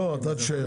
לא, אתה תישאר.